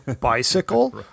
Bicycle